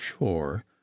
sure